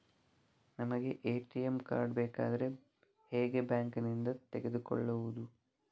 ನಮಗೆ ATM card ಬೇಕಾದ್ರೆ ಹೇಗೆ ಬ್ಯಾಂಕ್ ನಿಂದ ತೆಗೆದುಕೊಳ್ಳುವುದು?